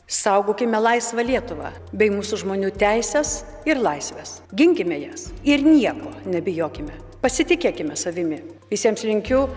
saugokime laisvą lietuvą bei mūsų žmonių teises ir laisves ginkime jas ir nieko nebijokime pasitikėkime savimi visiems linkiu